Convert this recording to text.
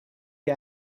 you